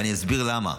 ואני אסביר למה.